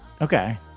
okay